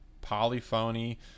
Polyphony